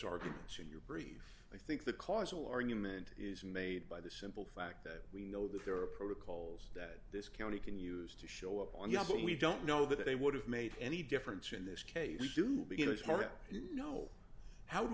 arguments in your brief i think the causal argument is made by the simple fact that we know that there are protocols that this county can use to show up on you but we don't know that they would have made any difference in this case to begin it's hard to know how do